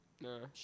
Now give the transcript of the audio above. No